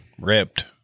ripped